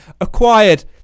Acquired